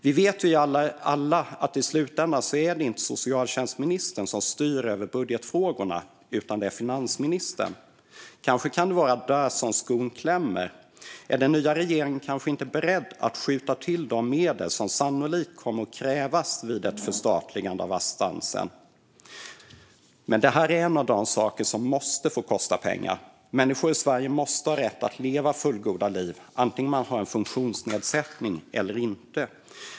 Vi vet alla att det i slutändan inte är socialtjänstministern som styr över budgetfrågorna utan finansministern. Kanske kan det vara där som skon klämmer? Är den nya regeringen kanske inte beredd att skjuta till de medel som sannolikt kommer att krävas vid ett förstatligande av assistansen? Det är dock en av de saker som måste få kosta pengar. Människor i Sverige måste ha rätt att leva fullgoda liv antingen de har en funktionsnedsättning eller inte.